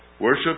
Worship